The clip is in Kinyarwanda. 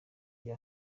bya